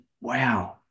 wow